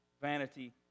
vanity